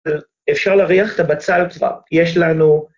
אפשר להריח את הבצל כבר, יש לנו...